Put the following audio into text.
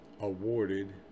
awarded